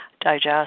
digest